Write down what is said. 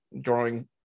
drawing